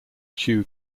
shu